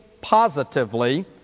positively